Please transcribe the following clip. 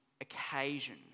occasion